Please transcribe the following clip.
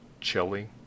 Chili